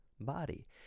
body